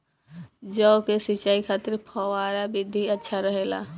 जौ के सिंचाई खातिर फव्वारा विधि अच्छा रहेला?